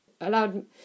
allowed